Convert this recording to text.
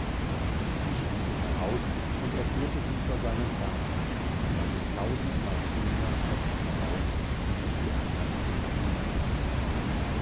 und sie stiegen heraus und er führte sie vor seinen vater da war sie tausendmal schöner als die frauen die sich die andern prinzen mitgebracht